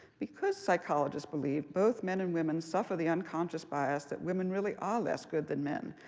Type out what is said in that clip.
because, psychologists believe, both men and women suffer the unconscious bias that women really are less good than men.